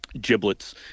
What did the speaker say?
Giblets